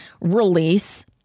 release